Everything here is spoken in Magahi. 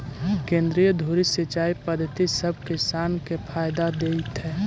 केंद्रीय धुरी सिंचाई पद्धति सब किसान के फायदा देतइ